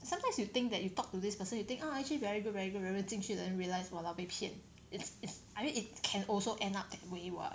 sometimes you think that you talk to this person you think ah actually very good very good 然后进去 then realize !walao! 被骗 it's it's I mean it can also end up that way [what]